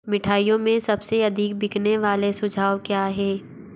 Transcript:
मिठाईओं में सबसे अधिक बिकने वाले सुझाव क्या हैं